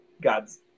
God's